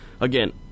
again